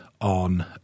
on